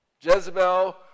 Jezebel